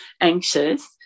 anxious